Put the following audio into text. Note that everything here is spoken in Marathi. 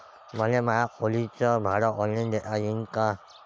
मले माया खोलीच भाड ऑनलाईन देता येईन का?